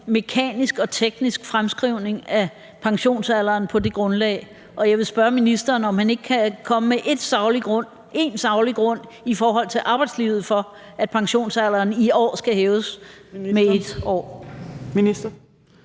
mekanisk og teknisk fremskrivning af pensionsalderen på det grundlag, og jeg vil spørge ministeren, om han kan komme med én saglig grund i forhold til arbejdslivet til, at pensionsalderen i år skal hæves med 1 år. Kl.